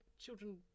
children